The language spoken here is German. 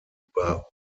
über